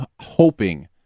hoping